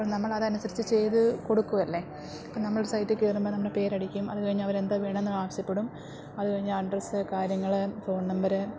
അപ്പോള് നമ്മളതനുസരിച്ച് ചെയ്തു കൊടുക്കുവല്ലേ അപ്പോള് നമ്മൾ സൈറ്റിൽ കയറുമ്പോള് നമ്മള പേരടിക്കും അത് കഴിഞ്ഞ് അവര് എന്താ വേണമെന്ന് ആവശ്യപ്പെടും അതു കഴിഞ്ഞ് അഡ്രസ്സ് കാര്യങ്ങള് ഫോൺ നമ്പര്